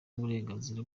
w’uburenganzira